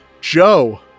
Joe